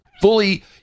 fully